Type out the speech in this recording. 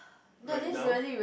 right now